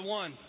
one